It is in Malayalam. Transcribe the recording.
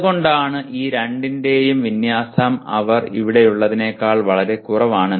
അതുകൊണ്ടാണ് ഈ രണ്ടിന്റെയും വിന്യാസം അവർ ഇവിടെയുള്ളതിനേക്കാൾ വളരെ കുറവാണ്